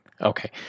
Okay